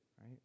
right